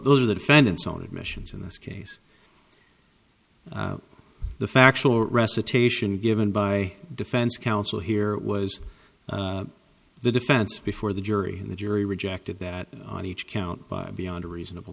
those are the defendant's own admissions in this case the factual recitation given by defense counsel here was the defense before the jury and the jury rejected that on each count beyond a reasonable